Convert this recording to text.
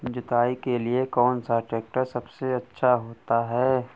जुताई के लिए कौन सा ट्रैक्टर सबसे अच्छा होता है?